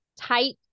tight